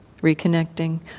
reconnecting